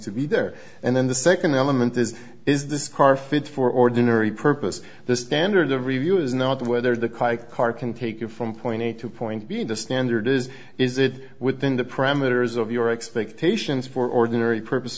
to be there and then the second element is is this car fit for ordinary purpose the standard of review is not whether the classic car can take you from point a to point b the standard is is it within the parameters of your expectations for ordinary purpose